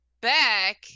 back